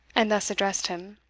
and thus addressed him